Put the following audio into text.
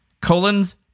Colons